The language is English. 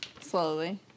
slowly